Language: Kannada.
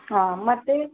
ಹಾಂ ಮತ್ತೆ